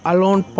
Alone